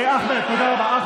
אחמד, תודה רבה.